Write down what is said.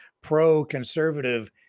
pro-conservative